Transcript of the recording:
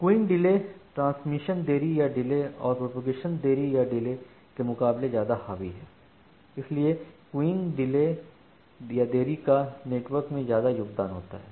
queuing delay transmission देरी या delay और प्रोपेगेशन देरी या डिले के मुकाबले ज्यादा हावी है इसीलिए क्यूइंग देरी या डिले का नेटवर्क में ज्यादा योगदान होता है